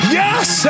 yes